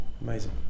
Amazing